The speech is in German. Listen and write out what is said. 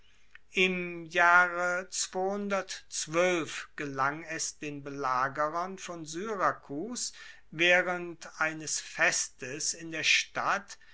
im jahre gelang es den belagerern von syrakus waehrend eines festes in der stadt